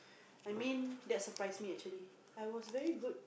I mean that surprised me actually I was very good